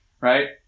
right